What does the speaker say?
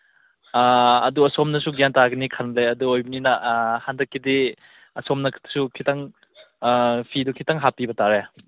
ꯑꯗꯨ ꯑꯁꯣꯝꯗꯁꯨ ꯒ꯭ꯌꯥꯟ ꯇꯥꯒꯅꯤ ꯈꯜꯂꯦ ꯑꯗꯨ ꯑꯣꯏꯕꯅꯤꯅ ꯍꯟꯗꯛꯀꯤꯗꯤ ꯑꯁꯣꯝꯅꯁꯨ ꯈꯤꯇꯪ ꯐꯤꯗꯨ ꯈꯤꯇꯪ ꯍꯥꯞꯄꯤꯕꯇꯥꯔꯦ